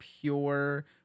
pure